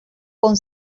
con